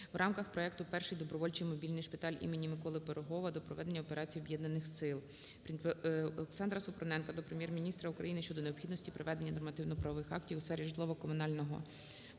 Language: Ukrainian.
в рамках проекту "Перший добровольчий мобільний шпиталь імені Миколи Пирогова" до проведення Операцій об'єднаних сил. ОлександраСупруненка до Прем'єр-міністра України щодо необхідності приведення нормативно-правових актів у сфері житлово-комунального господарства